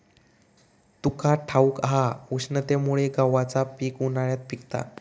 तुका ठाऊक हा, उष्णतेमुळे गव्हाचा पीक उन्हाळ्यात पिकता